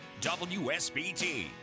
WSBT